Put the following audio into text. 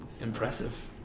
Impressive